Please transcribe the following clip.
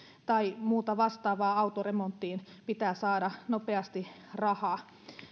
tai muuta vastaavaa autoremonttiin pitää saada nopeasti rahaa